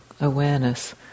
awareness